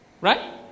Right